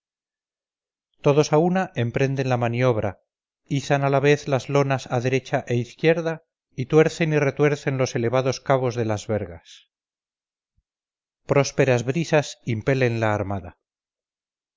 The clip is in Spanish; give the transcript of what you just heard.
todos a una emprenden la maniobra izan a la vez las lonas a derecha e izquierda y tuercen y retuercen los elevados cabos de las vegas prósperas brisas impelen la armada